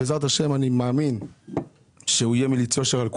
בעזרת השם אני מאמין שהוא יהיה מליץ יושר על כולנו.